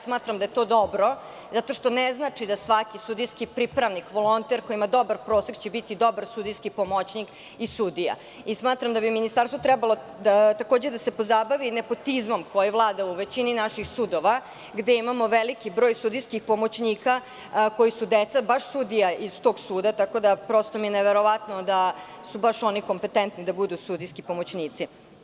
Smatram da je to dobro zato što ne znači da svaki sudijski pripravnik, volonter koji ima dobar prosek će biti dobar sudijski pomoćnik i sudija i smatram da bi Ministarstvo takođe trebalo da se pozabavi nepotizmom koji vlada u većini naših sudova, gde imamo veliki broj sudijskih pomoćnika koji su deca baš sudija iz tog suda, tako da mi je prosto neverovatno da su baš oni kompetentni da budu sudijski pomoćnici.